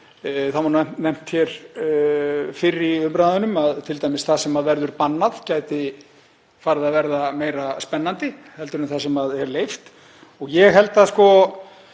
Þá var nefnt hér fyrr í umræðunum að það sem verður bannað gæti farið að verða meira spennandi en það sem er leyft. Ég held að við